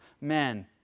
men